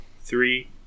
three